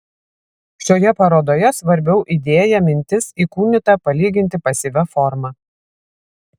šioje parodoje svarbiau idėja mintis įkūnyta palyginti pasyvia forma